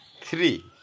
Three